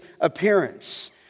appearance